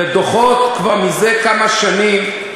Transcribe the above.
בדוחות כבר כמה שנים,